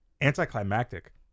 anticlimactic